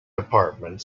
department